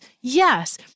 Yes